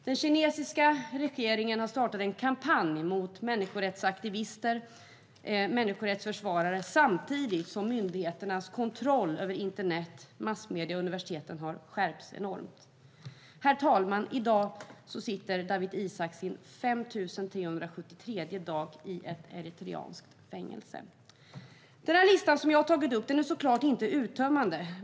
Den kinesiska regeringen har startat en kampanj mot människorättsaktivister, människorättsförsvarare, samtidigt som myndigheternas kontroll över internet, massmedier och universitet har skärpts enormt mycket. Herr talman! I dag sitter Dawit Isaak sin 5 373:e dag i ett eritreanskt fängelse. Den lista som jag har tagit upp är såklart inte uttömmande.